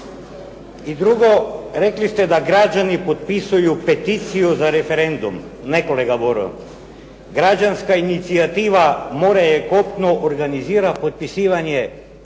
I drugo, rekli ste da građani potpisuju peticiju za referendum. Ne kolega Boro. Građanska inicijativa "More je kopno" organizira potpisivanje